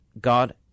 God